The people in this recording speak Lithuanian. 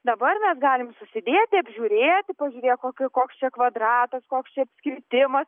dabar mes galim susidėti apžiūrėti pažiūrėk kokio koks čia kvadratas koks čia apskritimas